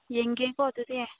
ꯌꯦꯡꯒꯦꯀꯣ ꯑꯗꯨꯗꯤ